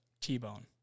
t-bone